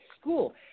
school